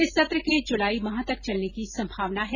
इस सत्र के जुलाई माह तक चलने की संभावना है